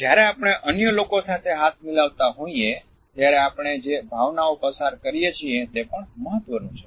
જ્યારે આપણે અન્ય લોકો સાથે હાથ મિલાવતા હોઈએ ત્યારે આપણે જે ભાવનાઓ પસાર કરીએ છીએ તે પણ મહત્વનું છે